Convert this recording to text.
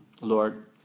Lord